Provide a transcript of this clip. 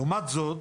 לעומת זאת,